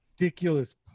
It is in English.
ridiculous